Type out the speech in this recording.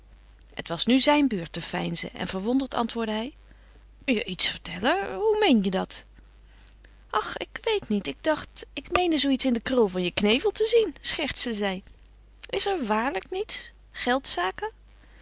het was nu zijn beurt te veinzen en verwonderd antwoordde hij je iets te vertellen hoe meen je dat ach ik weet niet ik dacht ik meende zoo iets in den krul van je knevel te zien schertste zij is er waarlijk niets